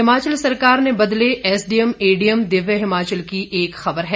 हिमाचल सरकार ने बदले एसडीएम एडीएम दिव्य हिमाचल की एक खबर है